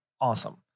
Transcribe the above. awesome